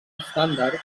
estàndard